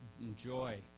enjoy